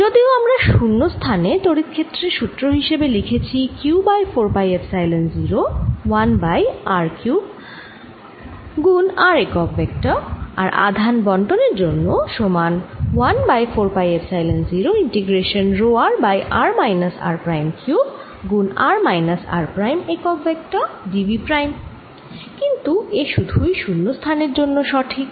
যদিও আমরা শুন্য স্থানে তড়িৎ ক্ষেত্রের সুত্র হিসেবে লিখেছি q by 4 pi epsilon 0 1 by r cube গুন r একক ভেক্টর আর আধান বন্টনের জন্য সমান 1 by 4 pi epsilon 0 integration rho r by r minus r prime cube গুন r মাইনাস r প্রাইম একক ভেক্টর d v প্রাইম কিন্তু এ সুধুই শুন্য স্থানের জন্য সঠিক